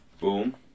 Boom